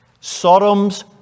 Sodom's